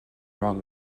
wrong